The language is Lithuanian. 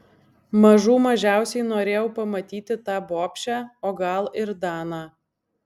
mažų mažiausiai norėjau pamatyti tą bobšę o gal ir daną